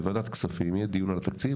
בוועדת כספים יהיה דיון על התקציב,